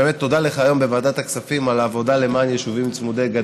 באמת תודה לך על העבודה היום בוועדת הכספים למען יישובים צמודי-גדר.